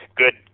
good